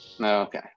Okay